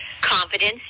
confidence